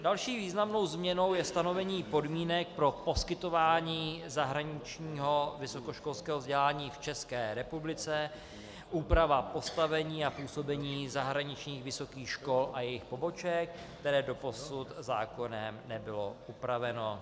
Další významnou změnou je stanovení podmínek pro poskytování zahraničního vysokoškolského vzdělání v České republice, úprava postavení a působení zahraničních vysokých škol a jejich poboček, které doposud zákonem nebylo upraveno.